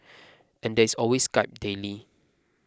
and there is always Skype daily